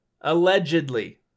Allegedly